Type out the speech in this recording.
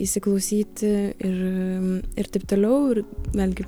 įsiklausyti ir ir taip toliau ir vėlgi